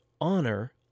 honor